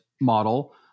model